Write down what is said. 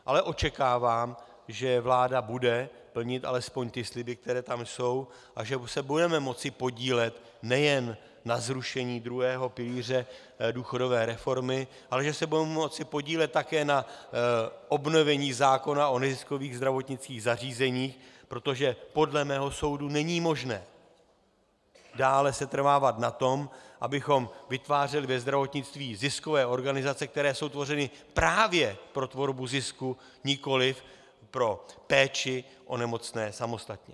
Ale očekávám, že vláda bude plnit alespoň ty sliby, které tam jsou, a že budeme moci podílet nejen na zrušení druhého pilíře důchodové reformy, ale že se budeme moci podílet také na obnovení zákona o neziskových zdravotnických zařízeních, protože podle mého soudu není možné dále setrvávat na tom, abychom vytvářeli ve zdravotnictví ziskové organizace, které jsou tvořeny právě pro tvorbu zisku, nikoliv pro péči o nemocné samostatně.